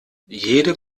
jede